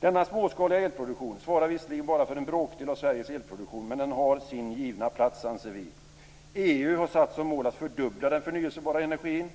Den småskaliga elproduktionen svarar visserligen bara för en bråkdel av Sveriges elproduktion, men den har sin givna plats, anser vi. EU har satt som mål att fördubbla den förnyelsebara energin.